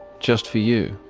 just for you,